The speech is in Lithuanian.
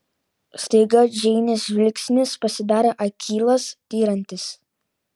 staiga džeinės žvilgsnis pasidarė akylas tiriantis